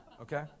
okay